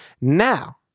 Now